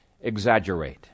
exaggerate